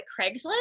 Craigslist